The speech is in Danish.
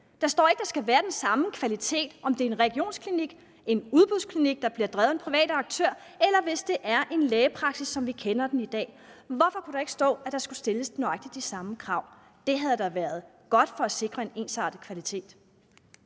Der står ikke, at der skal være den samme kvalitet, uanset om det er en regionsklinik, en udbudsklinik, der bliver drevet af en privat aktør, eller en lægepraksis, som vi kender den i dag. Hvorfor kunne der ikke stå, at der skal stilles nøjagtig de samme krav? Det havde da været godt for at sikre en ensartet kvalitet.